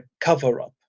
cover-up